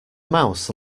mouse